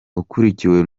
ukurikiwe